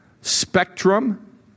spectrum